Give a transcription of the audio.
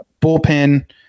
bullpen